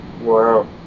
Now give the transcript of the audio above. Wow